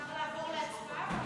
אפשר לעבור להצבעה?